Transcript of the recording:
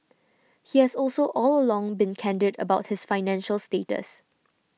he has also all along been candid about his financial status